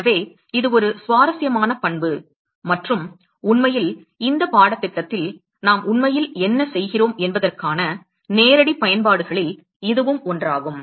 எனவே இது ஒரு சுவாரஸ்யமான பண்பு மற்றும் உண்மையில் இந்த பாடத்திட்டத்தில் நாம் உண்மையில் என்ன செய்கிறோம் என்பதற்கான நேரடி பயன்பாடுகளில் இதுவும் ஒன்றாகும்